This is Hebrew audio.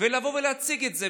ולבוא להציג את זה.